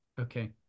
Okay